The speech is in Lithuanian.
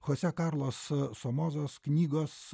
chose karlos somozos knygos